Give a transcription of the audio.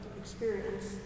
experience